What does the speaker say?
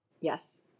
Yes